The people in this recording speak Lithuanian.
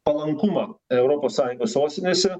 palankumą europos sąjungos sostinėse